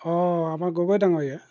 অঁ আমাৰ গগৈ ডাঙৰীয়া